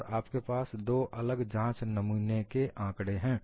और आपके पास दो अलग जांच नमूने के आंकड़े हैं